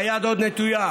והיד עוד נטויה,